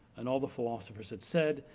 and all the philosophers had said,